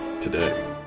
today